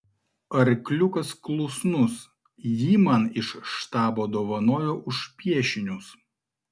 arkliukas klusnus jį man iš štabo dovanojo už piešinius